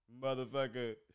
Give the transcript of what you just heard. motherfucker